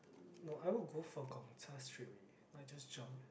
no I would go for Gong-Cha straight away like just jump